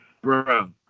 Bro